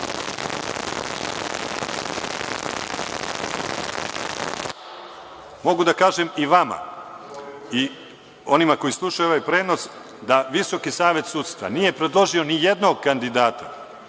Mogu da kažem i vama i onima koji slušaju ovaj prenos da VSS nije predložio nijednog kandidata